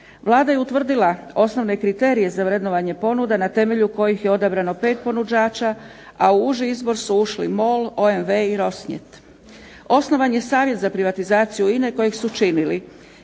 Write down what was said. Vlada je utvrdila osnovne kriterije za vrednovanje ponuda na temelju kojih je odabrano 5 ponuđača a u uži izbor su ušli MOL, OMV i Rosneft. Osnovan je savjet za privatizaciju INA-e kojeg su činili